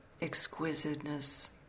exquisiteness